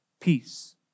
peace